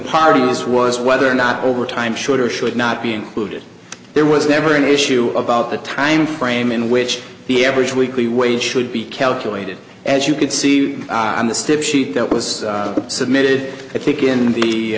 parties was whether or not overtime should or should not be included there was never an issue about the time frame in which the average weekly wage should be calculated as you could see on the step sheet that was submitted i think in the